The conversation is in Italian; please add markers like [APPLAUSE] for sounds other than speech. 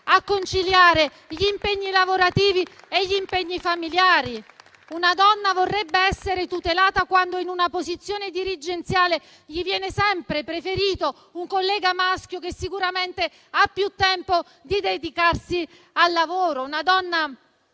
a conciliare gli impegni lavorativi e gli impegni familiari. [APPLAUSE] Una donna vorrebbe essere tutelata quando in una posizione dirigenziale le viene sempre preferito un collega maschio che sicuramente ha più tempo da dedicare al lavoro. Una donna